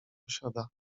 posiada